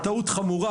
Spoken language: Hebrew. טעות חמורה,